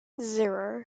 zero